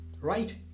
right